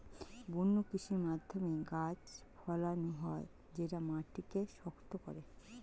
বন্য কৃষির মাধ্যমে গাছ ফলানো হয় যেটা মাটিকে শক্ত করে